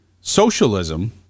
socialism